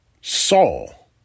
Saul